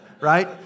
right